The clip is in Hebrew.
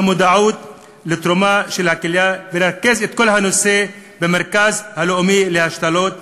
המודעות לתרומה של כליה ולרכז את כל הנושא במרכז הלאומי להשתלות,